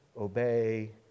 obey